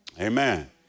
Amen